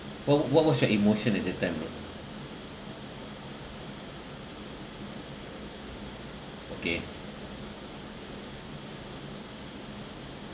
what what was your emotion at that time bro okay